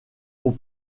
aux